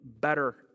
better